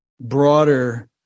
broader